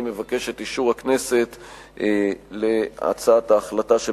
אני מבקש את אישור הכנסת להצעת ההחלטה של